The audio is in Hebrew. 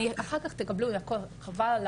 אתם תקבלו את